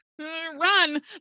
Run